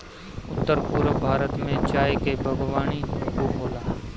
उत्तर पूरब भारत में चाय के बागवानी खूब होला